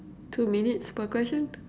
two minutes per question